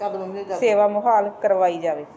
ਸੇਵਾ ਮੋਹਾਲ ਕਰਵਾਈ ਜਾਵੇ